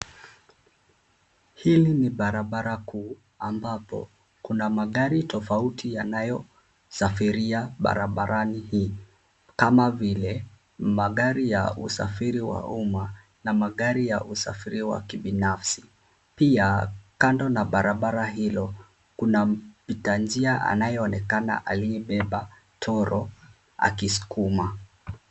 Hili ni barabara kuu ambapo kuna magari tofauti yanayosafiria barabarani hii kama vile magari ya usafiri wa umma na magari ya usafiri wa kibinafsi. Pia kando na barabara hiyo kuna mpita njia anaonekana aliyebeba toro akisukuma.